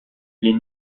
les